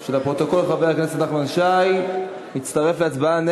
לפרוטוקול, חבר הכנסת נחמן שי מצטרף להצבעה.